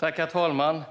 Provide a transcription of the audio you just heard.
Herr talman!